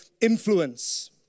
influence